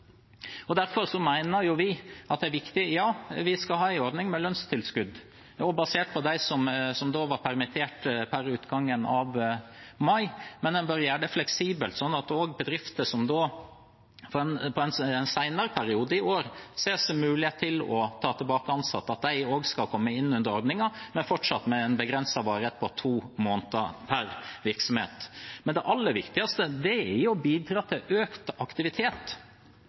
Ja, vi skal ha en ordning med lønnstilskudd, basert på dem som var permittert per utgangen av mai, men vi mener det er viktig at en gjør den fleksibel, sånn at bedrifter som i en senere periode i år ser en mulighet til å ta tilbake ansatte, også skal komme inn under ordningen, fortsatt med en begrenset varighet på to måneder per virksomhet. Men det aller viktigste er jo å bidra til økt aktivitet